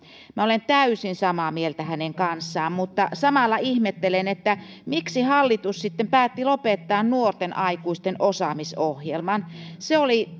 minä olen täysin samaa mieltä hänen kanssaan mutta samalla ihmettelen miksi hallitus sitten päätti lopettaa nuorten aikuisten osaamisohjelman se oli